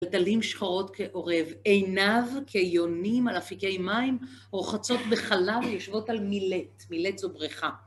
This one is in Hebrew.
טלטלים שחרות כעורב, עיניו כיונים על אפיקי מים, רוחצות בחלב ויושבות על מילט, מילט זו בריכה.